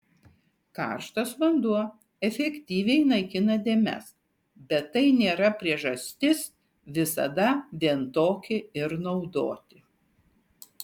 karštas vanduo efektyviai naikina dėmes bet tai nėra priežastis visada vien tokį ir naudoti